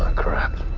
crap.